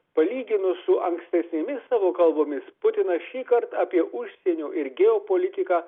palyginus su ankstesnėmis savo kalbomis putinas šįkart apie užsienio ir geopolitiką